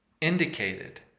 indicated